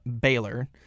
Baylor